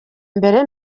mbere